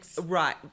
right